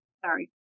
Sorry